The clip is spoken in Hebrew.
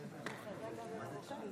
מקומותיכם.